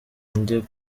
njye